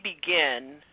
begin